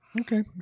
okay